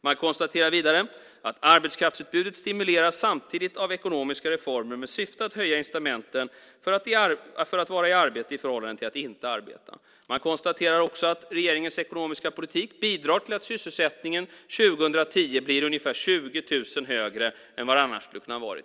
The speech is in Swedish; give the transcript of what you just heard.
Man konstaterar vidare: Arbetskraftsutbudet stimuleras samtidigt av ekonomiska reformer med syfte att höja incitamenten för att vara i arbete i förhållande till att inte arbeta. Man konstaterar också att regeringens ekonomiska politik bidrar till att sysselsättningen 2010 blir ungefär 20 000 högre än vad den annars skulle ha kunnat vara.